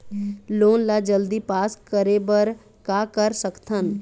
Loan ला जल्दी pass करे बर का कर सकथन?